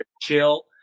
chill